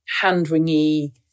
hand-wringy